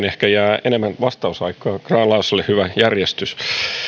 ehkä jää enemmän vastausaikaa grahn laasoselle hyvä järjestys